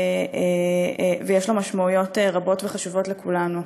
ויש לו משמעויות רבות וחשובות לכולנו.